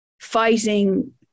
fighting